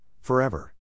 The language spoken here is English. forever